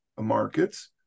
markets